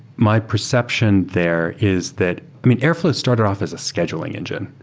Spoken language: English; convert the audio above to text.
my perception there is that i mean, airfl ow started off as a scheduling engine,